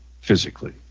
physically